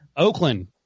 Oakland